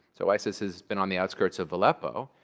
so isis has been on the outskirts of aleppo.